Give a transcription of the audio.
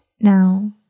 Now